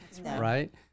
Right